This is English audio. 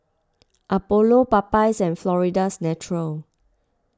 Apollo Popeyes and Florida's Natural